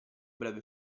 breve